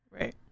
Right